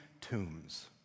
tombs